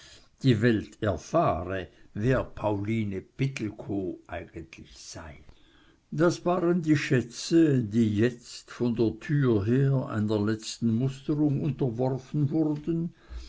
die welt erfahre wer pauline pittelkow eigentlich sei das waren die schätze die jetzt von der tür her einer letzten musterung unterworfen wurden